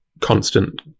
constant